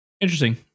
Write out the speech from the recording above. Interesting